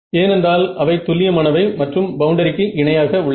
ஏனென்றால் அவை துல்லியமானவை மற்றும் பவுண்டரிக்கு இணையாக உள்ளன